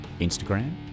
Instagram